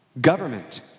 government